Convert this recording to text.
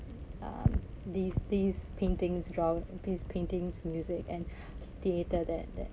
um these these paintings draw~ these paintings music and theatre that that